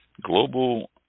Global